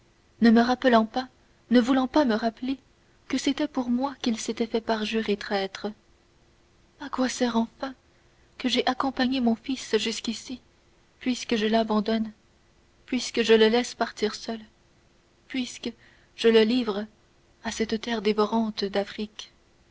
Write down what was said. ne me rappelant pas ne voulant pas me rappeler que c'était pour moi qu'il s'était fait parjure et traître à quoi sert enfin que j'aie accompagné mon fils jusqu'ici puisque ici je l'abandonne puisque je le laisse partir seul puisque je le livre à cette terre dévorante d'afrique